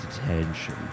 attention